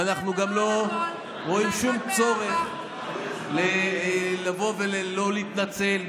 ואנחנו גם לא רואים שום צורך לבוא ולהתנצל.